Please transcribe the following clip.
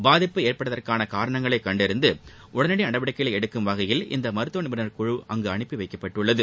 பாதிப்பு ஏற்பட்டதற்கான காரணங்களைக் கண்டறிந்து உடனடி நடவடிக்கைகளை எடுக்கும் வகையில் இந்த மருத்துவ நிபுணர்கள் குழு அனுப்பி வைக்கப்பட்டுள்ளது